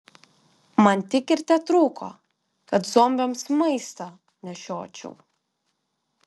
man tik ir tetrūko kad zombiams maistą nešiočiau